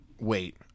wait